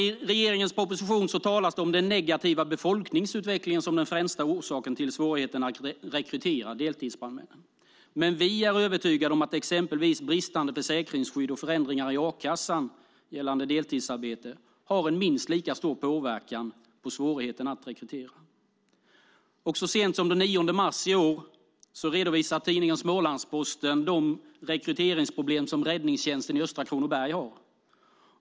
I regeringens proposition talas det om den negativa befolkningsutvecklingen som den främsta orsaken till svårigheten att rekrytera deltidsbrandmän. Men vi är övertygade om att exempelvis bristande försäkringsskydd och förändringar i a-kassan gällande deltidsarbete har en minst lika stor påverkan på svårigheten att rekrytera. Så sent som den 9 mars i år redovisar tidningen Smålandsposten de rekryteringsproblem som räddningstjänsten i östra Kronoberg har.